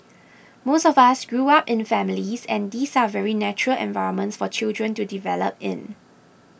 most of us grew up in families and these are very natural environments for children to develop in